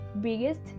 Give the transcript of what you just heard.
biggest